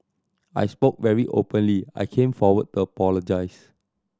I spoke very openly I came forward to apologise